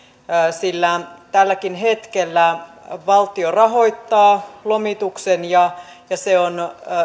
sillä tälläkin hetkellä valtio rahoittaa lomituksen ja ja se on